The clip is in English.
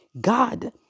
God